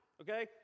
okay